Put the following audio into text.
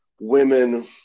women